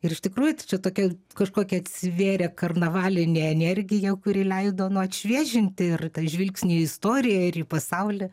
ir iš tikrųjų tai čia tokia kažkokia atsivėrė karnavalinė energija kuri leido nu atšviežinti ir tą žvilgsnį į istoriją ir į pasaulį